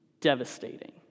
devastating